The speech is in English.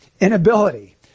inability